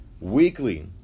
weekly